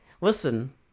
listen